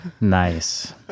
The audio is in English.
Nice